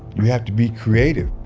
you have to be creative.